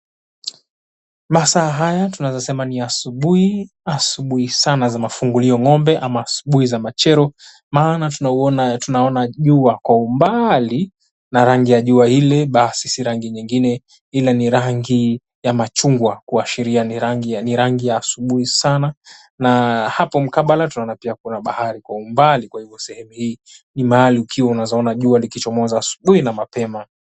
Masaa haya tunaeza sema ni ya asubuhi; asubuhi sana za mafungulia ng'ombe ama asubuhi za machweo maana tunaona jua kwa umbaali na rangi ya jua hili si rangi nyingine ila ni rangi ya machungwa kuashiria ni rangi ya asubuhi sana na hapo mkabala tunaona pia Kuna bahari kwa umbali kwa hivyo sehemu hii ni mahali ukiwa unaeza ona jua likichomoza asubuhi na mapema.